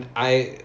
who is that